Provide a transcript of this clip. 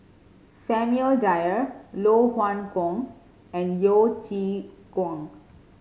Samuel Dyer Loh Hoong Kwan and Yeo Chee Kiong